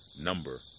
number